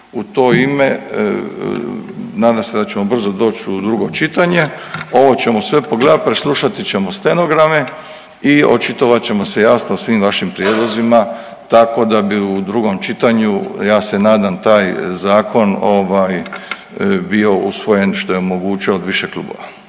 u to ime nadam se da ćemo brzo doći u drugo čitanje. Ovo ćemo sve pogledati, preslušati ćemo stenograme i očitovat ćemo se jasno o svim vašim prijedlozima tako da bi u drugom čitanju ja se nadam taj zakon ovaj bio usvojen što je moguće od više klubova.